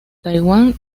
taiwán